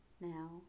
now